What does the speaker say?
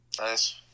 Nice